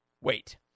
wait